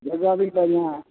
जगह भी बढ़िआँ